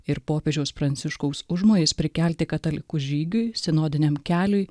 ir popiežiaus pranciškaus užmojis prikelti katalikus žygiui sinodiniam keliui